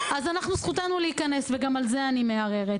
אז זכותנו להיכנס וגם על זה אני מערערת.